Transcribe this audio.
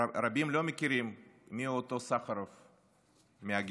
רבים לא מכירים מיהו אותו סחרוב מהגינות.